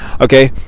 okay